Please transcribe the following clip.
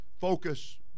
focus